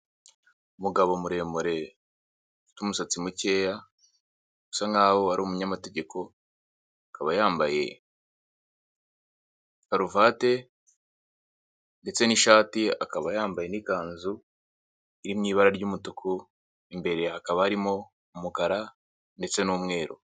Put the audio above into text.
Umugabo muremure ufite umusatsi mukeya asa nkaho wari umunyamategeko, akaba yambaye karuvati ndetse n'ishati akaba yambaye n'ikanzu iri mu ibara ry'umutuku imbere akaba arimo umukara ndetse n'umweru.